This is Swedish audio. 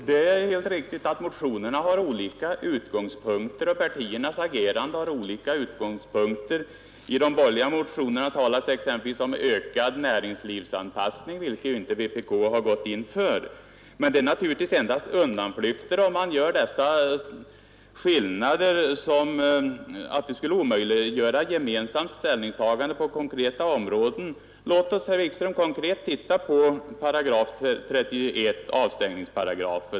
Herr talman! Det är riktigt att motionerna har olika utgångspunkter, och det har också partiernas agerande. I de borgerliga motionerna talas det exempelvis om ökad näringslivsanpassning, vilket inte vpk har gått in för. Men det är endast undanflykter att göra gällande att det skulle omöjliggöra ett gemensamt ställningstagande på konkreta områden. Låt oss, herr Wikström, se på 31 §, alltså avstängningsparagrafen.